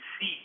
see